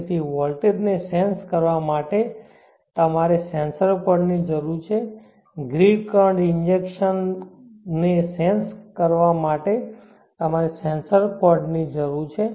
તેથી વોલ્ટેજને સેન્સ કરવા માટે તમારે સેન્સર કોર્ડની જરૂર છે ગ્રીડ કરંટ ઇંજેકશન ને સેન્સ માટે તમારે સેન્સર કોર્ડની જરૂર છે